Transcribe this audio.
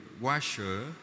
washer